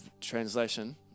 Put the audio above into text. translation